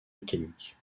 mécanique